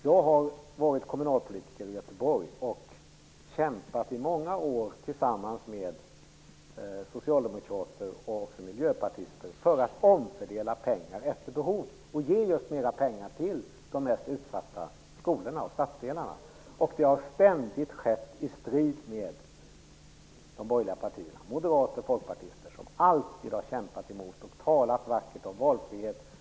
Jag har varit kommunalpolitiker i Göteborg och i många år kämpat tillsammans med socialdemokrater och miljöpartister för att omfördela pengar efter behov och då gett mera pengar till de mest utsatta skolorna och stadsdelarna. Detta har ständigt skett i strid med de borgerliga partierna, moderater och folkpartister, som alltid har kämpat emot och talat vackert om valfrihet.